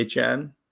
hn